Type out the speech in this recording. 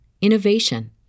innovation